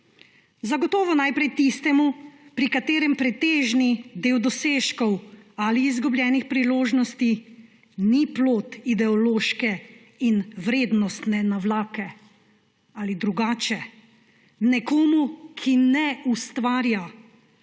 Zagotovo najprej tistemu, pri katerem pretežni del dosežkov ali izgubljenih priložnosti ni plod ideološke in vrednostne navlake. Ali drugače: nekomu, ki ne ustvarja